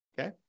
Okay